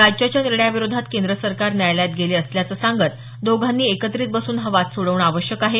राज्याच्या निर्णया विरोधात केंद्र सरकार न्यायालयात गेले असल्याचं सांगत दोघांनी एकत्रित बसून हा वाद सोडवणं आवश्यक आहे